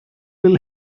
will